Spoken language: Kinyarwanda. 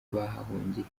bahahungiye